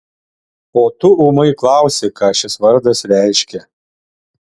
o tu ūmai klausi ką šis vardas reiškia